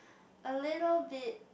a little bit